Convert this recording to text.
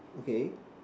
okay